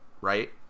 right